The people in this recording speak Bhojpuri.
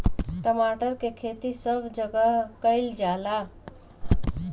टमाटर के खेती सब जगह कइल जाला